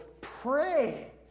Pray